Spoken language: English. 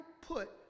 put